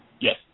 Yes